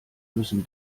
müssen